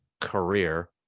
career